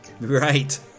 Right